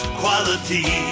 quality